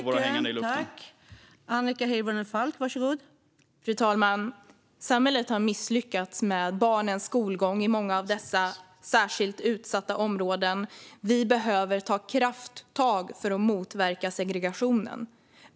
Fru talman! I många av dessa särskilt utsatta områden har samhället misslyckats med barnens skolgång. Vi behöver ta krafttag för att motverka segregationen.